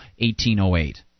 1808